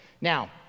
Now